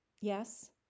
Yes